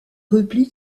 repli